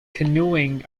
canoeing